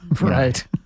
Right